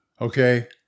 okay